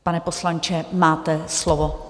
Pane poslanče, máte slovo.